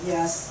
Yes